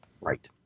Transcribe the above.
Right